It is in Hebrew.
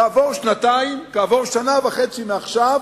כעבור שנתיים, כעבור שנה וחצי מעכשיו,